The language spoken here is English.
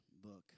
book